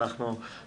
יש